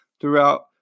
throughout